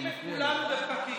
משאירים את כולנו בפקקים.